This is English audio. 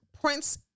Prince